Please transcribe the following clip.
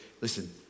listen